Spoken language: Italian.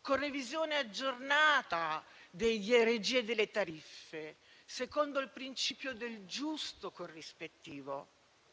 con revisione aggiornata dei DRG e delle tariffe secondo il principio del giusto corrispettivo,